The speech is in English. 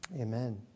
Amen